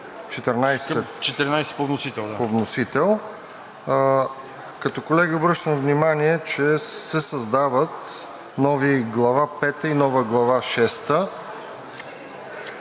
14 по вносител. Колеги, обръщам внимание, че се създават нова Глава пета и нова Глава